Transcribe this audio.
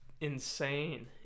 insane